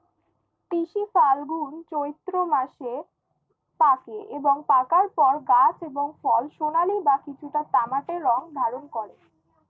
তিসি ফাল্গুন চৈত্র মাসে পাকে এবং পাকার পর গাছ এবং ফল সোনালী বা কিছুটা তামাটে রং ধারণ করে